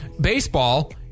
baseball